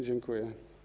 Dziękuję.